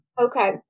Okay